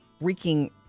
wreaking